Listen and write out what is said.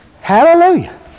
Hallelujah